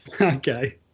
Okay